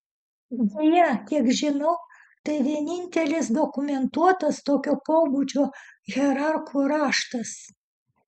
deja kiek žinau tai vienintelis dokumentuotas tokio pobūdžio hierarchų raštas